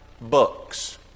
Books